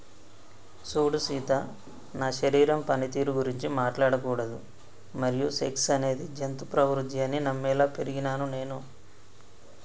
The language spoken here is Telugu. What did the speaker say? సూడు సీత నా శరీరం పనితీరు గురించి మాట్లాడకూడదు మరియు సెక్స్ అనేది జంతు ప్రవుద్ది అని నమ్మేలా పెరిగినాను నేను